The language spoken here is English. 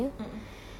mm mm mm